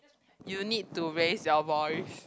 you need to raise your voice